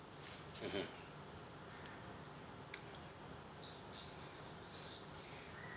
mmhmm